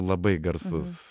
labai garsus